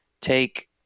take